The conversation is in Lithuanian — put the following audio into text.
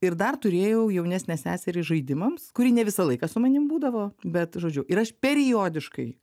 ir dar turėjau jaunesnę seserį žaidimams kuri ne visą laiką su manim būdavo bet žodžiu ir aš periodiškai